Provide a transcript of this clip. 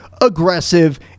aggressive